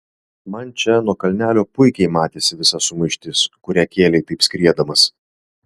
man čia nuo kalnelio puikiai matėsi visa sumaištis kurią kėlei taip skriedamas